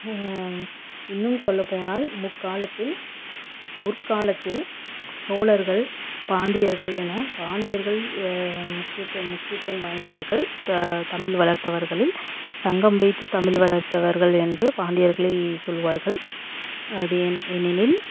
இன்னும் சொல்ல போனால் முக்காலத்தில் முற்கலத்தில் சோழர்கள் பாண்டியர்கள் என பாண்டியர்கள் முக்கியத்துவம் முக்கியத்துவம் வாய்ந்தவர்கள் த தமிழ் வளர்த்தவர்களில் சங்கம் வைத்து தமிழ் வளர்த்தவர்கள் என்று பாண்டியர்களை சொல்லுவார்கள் அது ஏன் ஏனெனில்